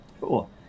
Cool